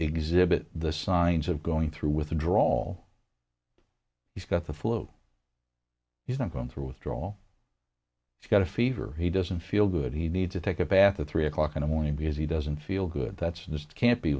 exhibit the signs of going through withdrawal he's got the flu he's not going through withdrawal he's got a fever he doesn't feel good he need to take a bath at three o'clock in the morning because he doesn't feel good that's this can't be